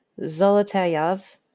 Zolotayev